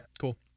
cool